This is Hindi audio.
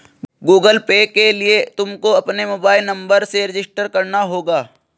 गूगल पे के लिए तुमको अपने मोबाईल नंबर से रजिस्टर करना होगा